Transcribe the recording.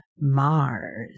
Mars